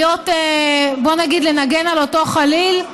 לנגן על אותו חליל.